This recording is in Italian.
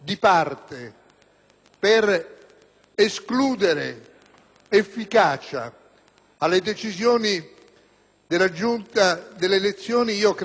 per negare efficacia alle decisioni della Giunta delle elezioni, credo,